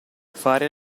fare